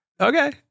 Okay